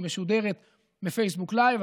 היא משודרת בפייסבוק לייב.